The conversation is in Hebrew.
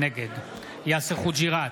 נגד יאסר חוג'יראת,